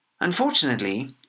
Unfortunately